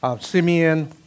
Simeon